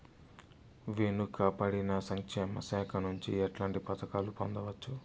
వెనుక పడిన సంక్షేమ శాఖ నుంచి ఎట్లాంటి పథకాలు పొందవచ్చు?